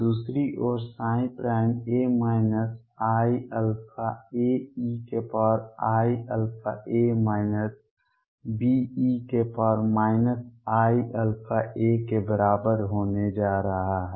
दूसरी ओर ψ iαAeiαa Be iαa के बराबर होने जा रहा है